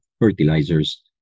fertilizers